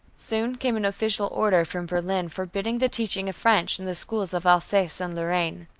soon came an official order from berlin forbidding the teaching of french in the schools of alsace and lorraine.